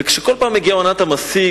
ובכל פעם כשמגיעה עונת המסיק,